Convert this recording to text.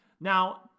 Now